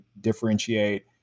differentiate